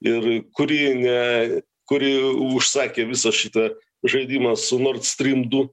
ir kuri ne kuri užsakė visą šitą žaidimą su nord strym du